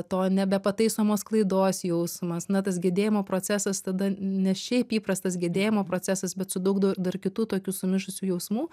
to nebepataisomos klaidos jausmas na tas gedėjimo procesas tada ne šiaip įprastas gedėjimo procesas bet su daug da dar kitų tokių sumišusių jausmų